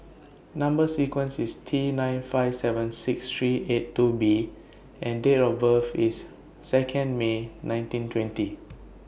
Number sequence IS T nine five seven six three eight two B and Date of birth IS Second May nineteen twenty